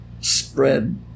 spread